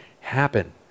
happen